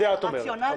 את זה את אומרת.